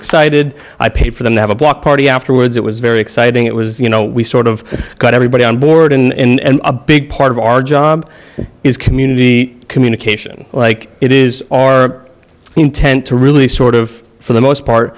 excited i paid for them to have a block party afterwards it was very exciting it was you know we sort of got everybody on board in a big part of our job is community communication like it is our intent to really sort of for the most part